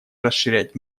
расширять